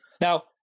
now